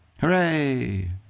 Hooray